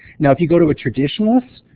now if you go to a traditionalist,